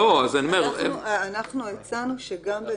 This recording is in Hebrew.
אבל אנחנו לא הסכמנו.